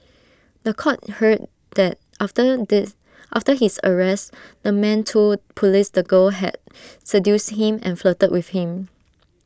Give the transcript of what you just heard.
The Court heard that after the after his arrest the man told Police the girl had seduced him and flirted with him